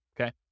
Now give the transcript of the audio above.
okay